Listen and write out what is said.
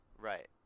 Right